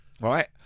right